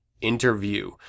Interview